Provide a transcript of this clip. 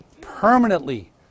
Permanently